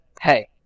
hey